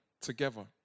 together